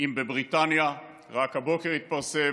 בבריטניה רק הבוקר התפרסם